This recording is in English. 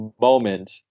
moment